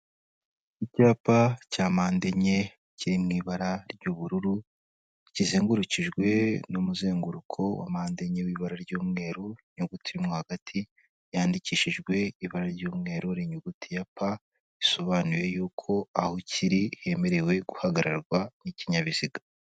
Icyapa cya mpande enye kiri mu ibara ry'ubururu, kizengurukijwe n'umuzenguruko wa mpande enye y'ibara ry'umweru, inyuguti irimo hagati yandikishijwe ibara ry'umweru ni inyuguti ya pa risobanuye yuko aho kiri hemerewe guhagararwa n'ikinyabiziga.